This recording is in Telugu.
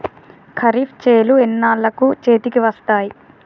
ఖరీఫ్ చేలు ఎన్నాళ్ళకు చేతికి వస్తాయి?